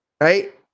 Right